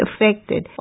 affected